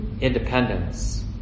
independence